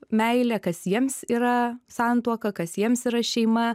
meilė kas jiems yra santuoka kas jiems yra šeima